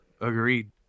Agreed